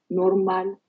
normal